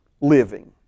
living